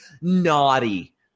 naughty